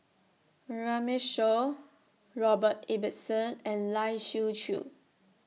Runme Shaw Robert Ibbetson and Lai Siu Chiu